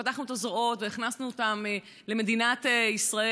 פתחנו את הזרועות והכנסנו אותם למדינת ישראל,